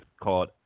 called –